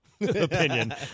opinion